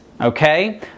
okay